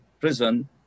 prison